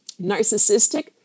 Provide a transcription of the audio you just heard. Narcissistic